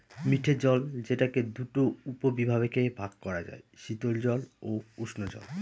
মিঠে জল যেটাকে দুটা উপবিভাগে ভাগ করা যায়, শীতল জল ও উষ্ঞজল